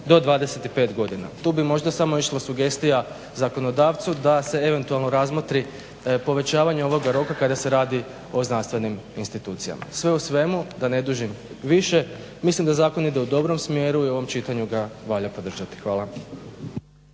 do 25 godina. Tu bi možda samo išla sugestija zakonodavcu da se eventualno razmotri povećavanje ovoga roka kada se radi o znanstvenim institucijama. Sve u svemu da ne dužim više, mislim da zakon ide u dobrom smjeru i u ovom čitanju ga valja podržati. Hvala.